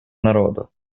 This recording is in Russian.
народов